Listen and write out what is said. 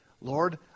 Lord